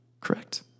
Correct